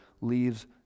leaves